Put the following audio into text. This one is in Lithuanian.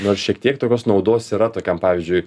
nors šiek tiek tokios naudos yra tokiam pavyzdžiui